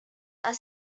are